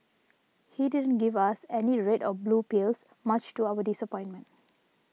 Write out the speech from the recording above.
he didn't give us any red or blue pills much to our disappointment